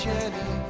Jenny